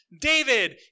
David